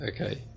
Okay